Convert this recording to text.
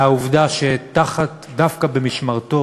מהעובדה שדווקא תחת משמרתו